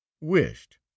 wished